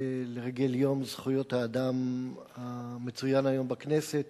לרגל יום זכויות האדם המצוין היום בכנסת